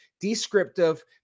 descriptive